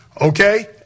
okay